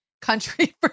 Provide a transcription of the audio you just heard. country